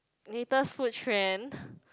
latest food trend